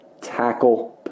tackle